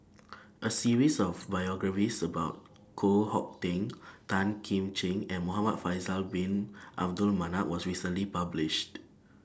A series of biographies about Koh Hong Teng Tan Kim Ching and Muhamad Faisal Bin Abdul Manap was recently published